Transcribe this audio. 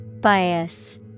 Bias